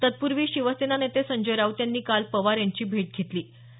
तत्पूर्वी शिवसेना नेते संजय राऊत यांनी काल पवार यांची भेट घेतली होती